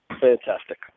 fantastic